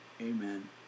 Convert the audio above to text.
Amen